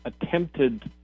attempted